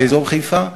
באזור חיפה,